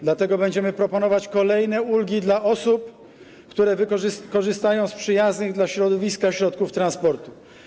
Dlatego będziemy proponować kolejne ulgi dla osób, które korzystają z przyjaznych dla środowiska środków transportu.